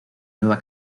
nueva